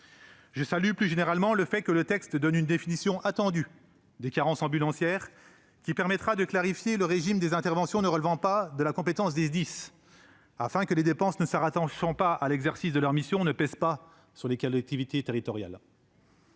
Je salue plus généralement le fait que le texte donne une définition attendue des carences ambulancières, qui permettra de clarifier le régime des interventions ne relevant pas de la compétence des SDIS, afin que les dépenses ne se rattachant pas à l'exercice de leurs missions ne pèsent pas sur les collectivités territoriales.